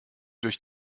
durch